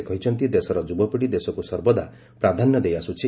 ସେ କହିଛନ୍ତି ଦେଶର ଯୁବପିଢ଼ି ଦେଶକୁ ସର୍ବଦା ପ୍ରାଧାନ୍ୟ ଦେଇଆସୁଛି